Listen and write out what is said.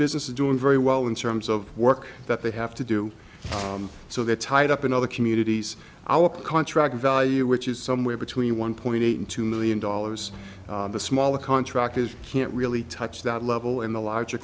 business is doing very well in terms of work that they have to do so that tied up in other communities our contract value which is somewhere between one point eight and two million dollars the smaller contract is can't really touch that level in the larger